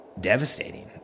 devastating